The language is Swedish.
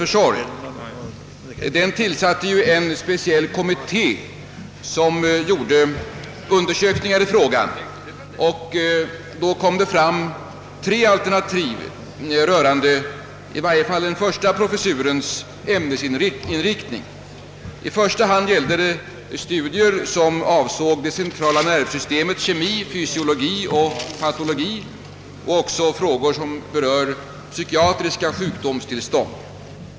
äÄmbetet tillsatte en speciell kommitté som gjorde undersökningar i frågan. Det framkom därvid tre alternativ beträffande den första professurens ämnesinriktning. För det första gällde det studier i det centrala nervsystemets kemi, fysiologi och patologi samt även frågor som berör psykiatriska sjukdomstillstånd.